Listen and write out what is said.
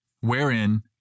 Wherein